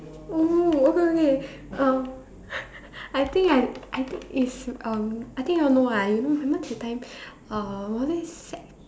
oh okay okay um I think I I think it's um I think very long ah you know remember that time uh was it sec~